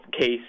case